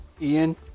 ian